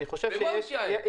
במה הוא יתייעל?